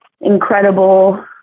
incredible